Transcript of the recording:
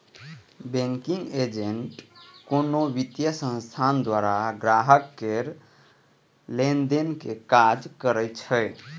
banking agent कोनो वित्तीय संस्थान द्वारा ग्राहक केर लेनदेन के काज करै छै